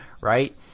right